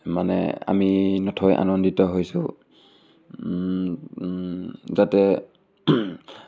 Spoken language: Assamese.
মানে আমি নথৈ আনন্দিত হৈছোঁ যাতে